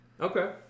Okay